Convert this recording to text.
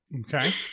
Okay